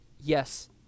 Yes